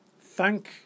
thank